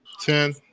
Ten